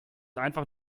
einfach